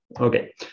Okay